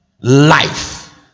life